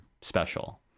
special